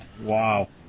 Wow